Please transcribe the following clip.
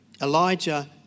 Elijah